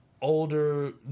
older